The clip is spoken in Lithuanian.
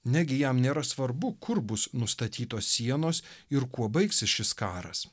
negi jam nėra svarbu kur bus nustatytos sienos ir kuo baigsis šis karas